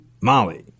Molly